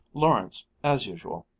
lawrence, as usual,